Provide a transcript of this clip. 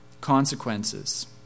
consequences